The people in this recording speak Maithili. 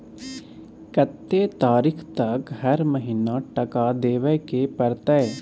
कत्ते तारीख तक हर महीना टका देबै के परतै?